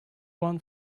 one